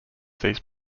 these